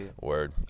Word